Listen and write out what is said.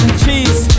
cheese